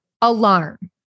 alarm